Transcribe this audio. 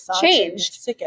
changed